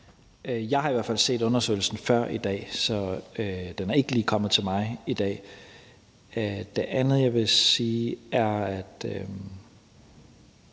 Jeg har hvert fald set undersøgelsen før i dag, så den er ikke lige kommet til mig i dag. Det andet, jeg vil sige, er, at